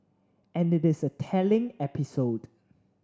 and it is a telling episode